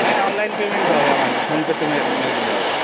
হ্যাঁ online payment হবে আমার ফোনপেতে মেরে দিলে হবে